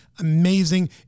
amazing